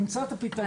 נמצא את הפתרון.